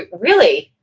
really,